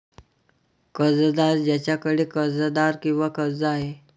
कर्जदार ज्याच्याकडे कर्जदार किंवा कर्ज आहे